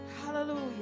Hallelujah